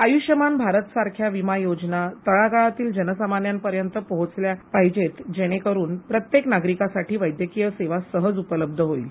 आयुष्यमान भारत सारख्या विमा योजना तळागळातल्या जन सामान्यांपर्यंत पोहचल्या पाहिजेत जेणेकरून प्रत्येक नागरिकासाठी वैद्यकीय सेवा सहज उपलब्ध होईल